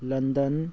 London